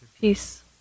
peace